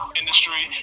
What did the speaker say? industry